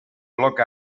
bloc